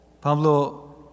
Pablo